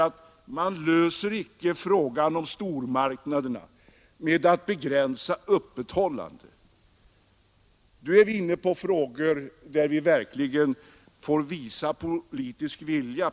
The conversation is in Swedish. Man löser icke frågan om stormarknaderna genom att begränsa öppethållandet. Nu är vi inne på frågor där vi verkligen får visa politisk vilja.